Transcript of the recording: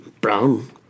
Brown